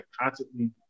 constantly